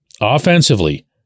offensively